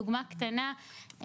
דוגמה קטנה,